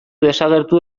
desagertu